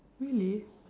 really